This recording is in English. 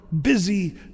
busy